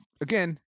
again